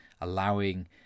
allowing